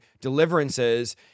deliverances